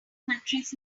countries